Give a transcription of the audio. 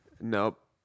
Nope